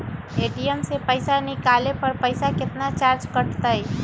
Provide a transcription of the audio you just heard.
ATM से पईसा निकाले पर पईसा केतना चार्ज कटतई?